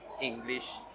English